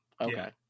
okay